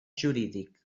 jurídic